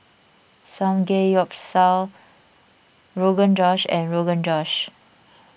Samgeyopsal Rogan Josh and Rogan Josh